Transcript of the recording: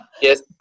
Yes